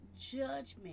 judgment